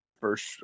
first